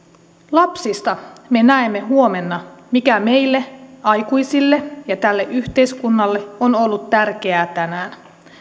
lapsista me näemme huomenna mikä meille aikuisille ja tälle yhteiskunnalle on ollut tärkeää tänään